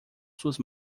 suas